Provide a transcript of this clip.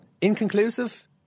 inconclusive